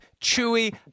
Chewie